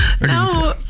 No